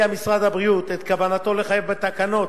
משרד הבריאות את כוונתו לחייב בתקנות